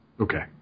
Okay